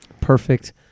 Perfect